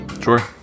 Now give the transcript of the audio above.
sure